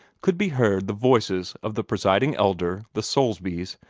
could be heard the voices of the presiding elder, the soulsbys,